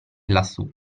lassù